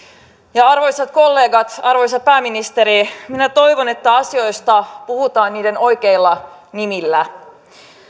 ja arvoisat kollegat arvoisa pääministeri minä toivon että asioista puhutaan niiden oikeilla nimillä